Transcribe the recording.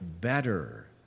better